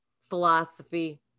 philosophy